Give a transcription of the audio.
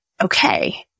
okay